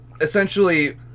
essentially